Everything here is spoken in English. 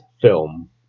film